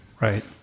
Right